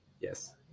yes